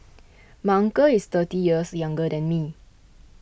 my uncle is thirty years younger than me